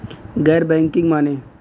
गैर बैंकिंग माने?